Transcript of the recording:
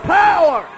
power